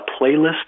playlist